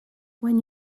when